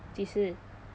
几时